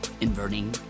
Inverting